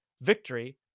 Victory